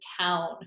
town